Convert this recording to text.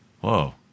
whoa